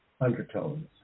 undertones